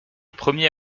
premier